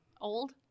old